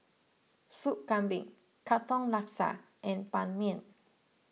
Sup Kambing Katong Laksa and Ban Mian